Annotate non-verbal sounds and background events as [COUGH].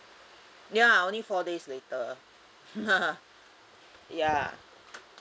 ya only four days later [LAUGHS] ya